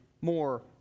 more